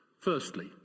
Firstly